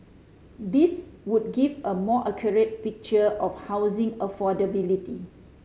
these would give a more accurate picture of housing affordability